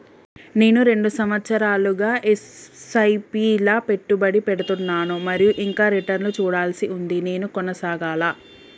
నేను రెండు సంవత్సరాలుగా ల ఎస్.ఐ.పి లా పెట్టుబడి పెడుతున్నాను మరియు ఇంకా రిటర్న్ లు చూడాల్సి ఉంది నేను కొనసాగాలా?